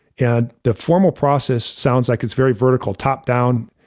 and the formal process sounds like it's very vertical top down,